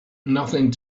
nothing